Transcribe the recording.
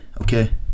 Okay